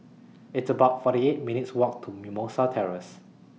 It's about forty eight minutes' Walk to Mimosa Terrace